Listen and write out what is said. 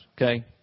okay